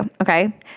Okay